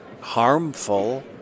harmful